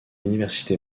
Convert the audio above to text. université